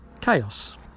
chaos